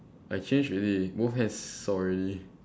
I change already both hands sore already